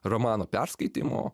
romano perskaitymo